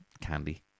candy